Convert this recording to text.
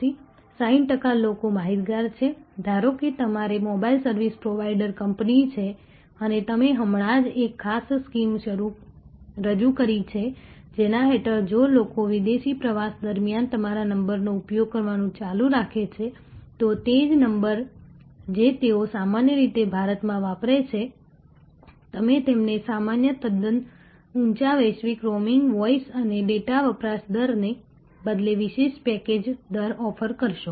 60 ટકા લોકો માહિતગાર છે ધારો કે તમારે મોબાઇલ સર્વિસ પ્રોવાઇડર કંપની છે અને તમે હમણાં જ એક ખાસ સ્કીમ રજૂ કરી છે જેના હેઠળ જો લોકો વિદેશ પ્રવાસ દરમિયાન તમારા નંબરનો ઉપયોગ કરવાનું ચાલુ રાખે છે તો તે જ નંબર જે તેઓ સામાન્ય રીતે ભારતમાં વાપરે છે તમે તેમને સામાન્ય તદ્દન ઊંચા વૈશ્વિક રોમિંગ વૉઇસ અને ડેટા વપરાશ દરને બદલે વિશેષ પેકેજ દર ઓફર કરશો